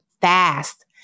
fast